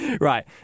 Right